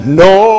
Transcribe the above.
no